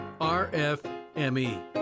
RFME